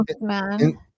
Man